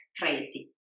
crazy